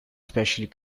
specially